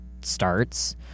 starts